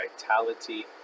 vitality